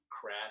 crap